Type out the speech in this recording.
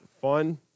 fun